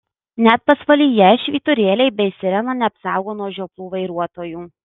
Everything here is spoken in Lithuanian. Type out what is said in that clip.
net pasvalyje švyturėliai bei sirena neapsaugo nuo žioplų vairuotojų